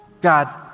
God